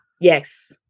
yes